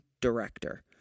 director